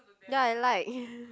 ya I like